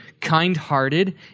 kind-hearted